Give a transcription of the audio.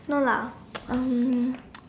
no lah um